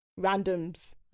randoms